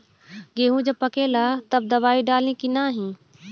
गेहूँ जब पकेला तब दवाई डाली की नाही?